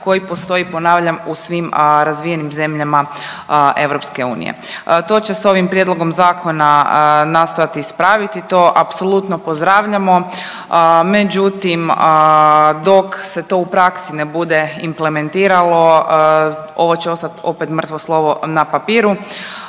koji postoji ponavljam u svim razvijenim zemljama EU. To će se ovim prijedlogom zakona nastojati ispraviti, to apsolutno pozdravljamo, međutim dok se to u praksi ne bude implementiralo ovo će ostat opet mrtvo slovo na papiru.